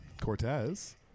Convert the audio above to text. Cortez